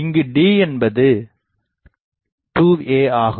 இங்கு d என்பது 2a ஆகும்